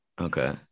okay